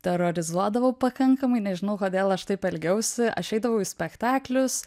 terorizuodavau pakankamai nežinau kodėl aš taip elgiausi aš eidavau į spektaklius